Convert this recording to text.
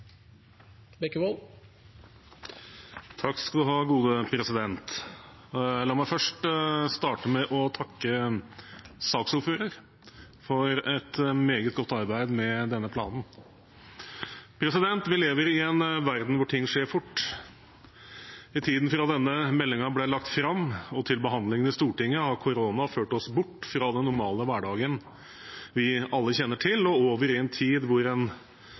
La meg starte med å takke saksordføreren for et meget godt arbeid med denne planen. Vi lever i en verden hvor ting skjer fort. I tiden fra denne meldingen ble lagt fram og til behandlingen i Stortinget, har korona ført oss bort fra den normale hverdagen vi alle kjenner til, og over i en tid hvor en